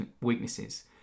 weaknesses